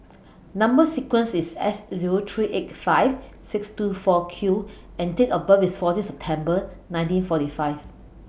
Number sequence IS S Zero three eight five six two four Q and Date of birth IS fourteen September nineteen forty five